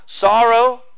sorrow